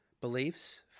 beliefs